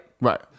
Right